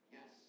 Yes